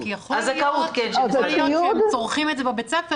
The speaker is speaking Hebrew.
כי יכול להיות שמכיוון שהם צורכים את זה בבית הספר